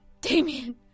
Damien